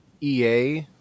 EA